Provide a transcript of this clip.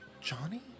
Johnny